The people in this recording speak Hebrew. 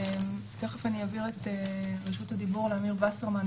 תיכף אני אעביר את רשות הדיבור לאמיר וסרמן,